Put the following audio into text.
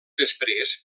després